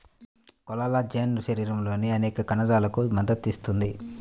collagen శరీరంలోని అనేక కణజాలాలకు మద్దతు ఇస్తుంది